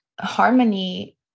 harmony